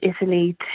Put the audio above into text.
Italy